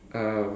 um